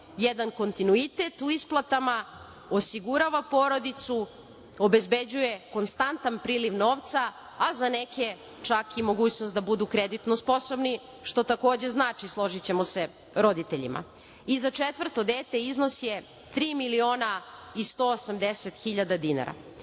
jedan kontinuitet u isplatama, osigurava porodicu, obezbeđuje konstantan priliv novca, a za neke čak i mogućnost da budu kreditno sposobni što takođe znači složićemo se, roditeljima. I, za četvrto dete iznos je 3.180.000 dinara. Takođe,